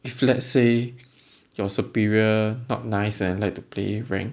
if let's say your superior not nice and like to play rank